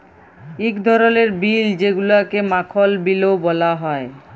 ইক ধরলের বিল যেগুলাকে মাখল বিলও ব্যলা হ্যয়